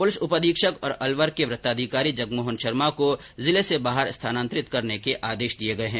police उपअधीक्षक और अलवर के वृत्ताधिकारी जगमोहन शर्मा को जिले से बाहर स्थानान्तरित करने के आदेश दिये गये है